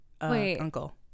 Uncle